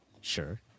Sure